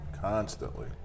Constantly